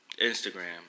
Instagram